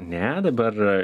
ne dabar